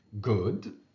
good